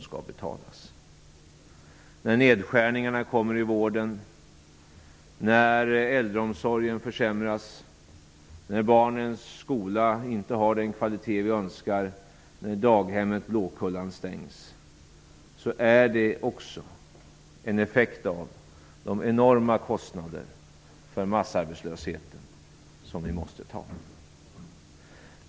Att det blir nedskärningar i vården, att äldreomsorgen försämras, att barnens skola inte har den kvalitet som vi önskar och att daghemmet Blåkullan stängs är också en effekt av de enorma kostnader för massarbetslösheten som vi måste ta på oss.